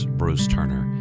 bruceturner